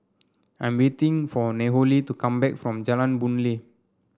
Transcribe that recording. I'm waiting for Nohely to come back from Jalan Boon Lay